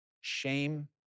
shame